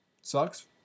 Sucks